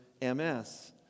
MS